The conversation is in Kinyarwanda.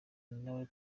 nawe